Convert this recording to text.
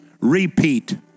repeat